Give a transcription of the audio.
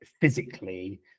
physically